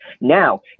Now